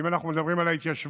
ואם אנחנו מדברים על ההתיישבות,